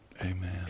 Amen